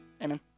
Amen